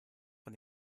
von